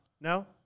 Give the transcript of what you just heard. no